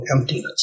emptiness